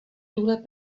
tuhle